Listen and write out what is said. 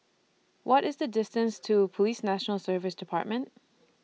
What IS The distance to Police National Service department